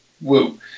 Woo